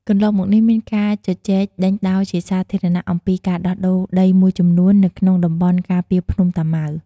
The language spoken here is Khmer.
កន្លងមកនេះមានការជជែកដេញដោលជាសាធារណៈអំពីការដោះដូរដីមួយចំនួននៅក្នុងតំបន់ការពារភ្នំតាម៉ៅ។